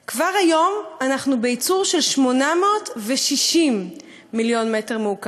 עד שנת 2020. כבר היום אנחנו בייצור של 860 מיליון מ"ק,